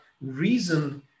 reason